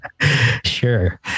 sure